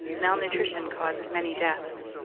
malnutri tion caused many deaths.